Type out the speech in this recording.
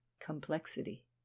Complexity